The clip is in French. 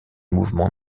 mouvements